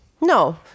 No